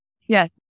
Yes